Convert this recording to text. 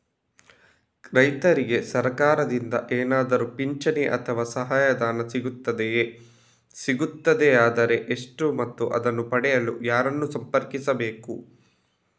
ರೈತರಿಗೆ ಸರಕಾರದಿಂದ ಏನಾದರೂ ಪಿಂಚಣಿ ಅಥವಾ ಸಹಾಯಧನ ಸಿಗುತ್ತದೆಯೇ, ಸಿಗುತ್ತದೆಯಾದರೆ ಎಷ್ಟು ಮತ್ತು ಅದನ್ನು ಪಡೆಯಲು ಯಾರನ್ನು ಸಂಪರ್ಕಿಸಬೇಕು?